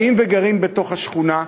גרים בתוך השכונה,